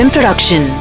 Production